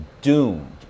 doomed